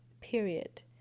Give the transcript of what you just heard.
period